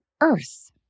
earth